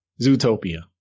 Zootopia